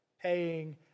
paying